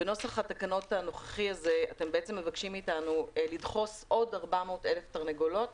בנוסח התקנות הזה אתם מבקשים מאתנו לדחוס עוד 400,000 תרנגולות